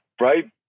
right